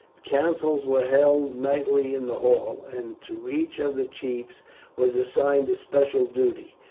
councils were held nightly in the hall, and to each of the chiefs was assigned a special duty,